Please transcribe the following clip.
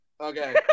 Okay